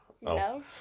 No